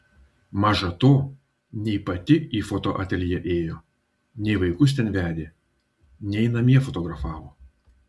maža to nei pati į fotoateljė ėjo nei vaikus ten vedė nei namie fotografavo